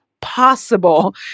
possible